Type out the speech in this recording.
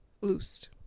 loosed